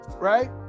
Right